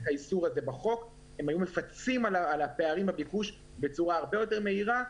הם היו מפצים על הפערים בביקוש בצורה הרבה יותר מהירה.